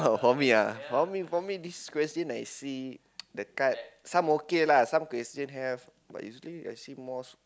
for me ah for me for me this question I see the card some okay lah some question have but usually I see most